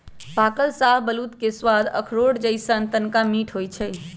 पाकल शाहबलूत के सवाद अखरोट जइसन्न तनका मीठ होइ छइ